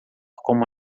como